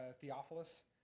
Theophilus